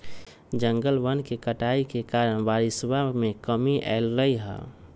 जंगलवन के कटाई के कारण बारिशवा में कमी अयलय है